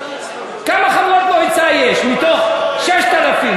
כמה חברות מועצה יש מתוך 6,000?